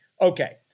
Okay